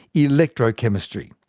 electrochemistry.